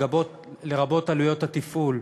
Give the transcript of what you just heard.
לרבות עלויות התפעול,